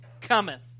cometh